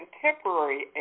contemporary